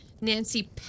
Nancy